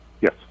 yes